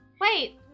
Wait